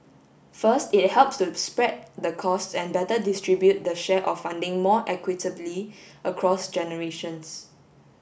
first it helps to spread the costs and better distribute the share of funding more equitably across generations